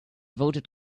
voted